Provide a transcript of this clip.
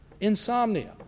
insomnia